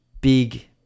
big